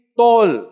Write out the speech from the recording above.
tall